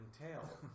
tail